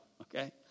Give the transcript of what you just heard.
Okay